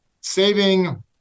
saving